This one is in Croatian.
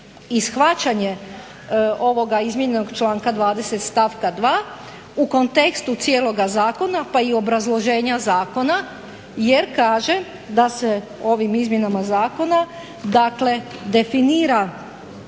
i shvaćanje ovoga izmijenjenog članka 20. stavka 2. U kontekstu cijeloga zakona, pa i obrazloženja zakona jer kaže da se ovim izmjenama zakona, dakle definira